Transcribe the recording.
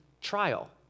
trial